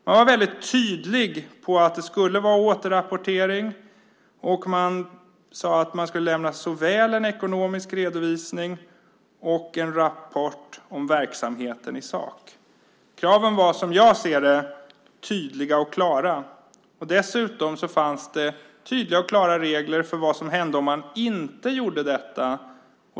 Man var väldigt tydlig med att det skulle vara återrapportering och man sade att det skulle lämnas en ekonomisk redovisning och en rapport om verksamheten i sak. Kraven var, som jag ser det, tydliga och klara. Det fanns dessutom tydliga och klara regler för vad som hände om man inte gjorde detta.